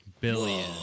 Billion